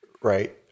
right